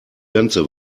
ganze